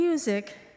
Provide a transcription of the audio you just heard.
Music